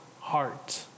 heart